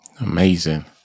Amazing